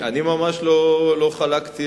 אני ממש לא חלקתי